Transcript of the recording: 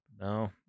no